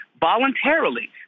voluntarily